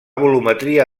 volumetria